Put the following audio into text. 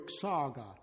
saga